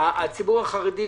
הציבור החרדי,